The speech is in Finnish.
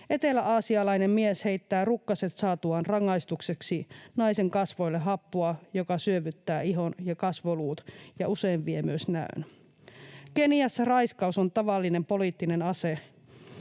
Eteläaasialainen mies heittää rukkaset saatuaan rangaistukseksi naisen kasvoille happoa, joka syövyttää ihon ja kasvoluut ja usein vie myös näön. Keniassa raiskaus on tavallinen poliittinen ase.